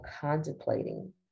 contemplating